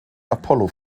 apollo